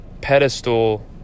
pedestal